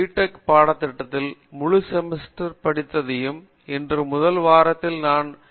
tech பாடத்திட்டத்தில் முழு semester படித்ததை இன்று முதல் வாரத்தில் நான் அதே விஷயத்தை கற்பிக்கிறேன்